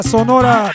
Sonora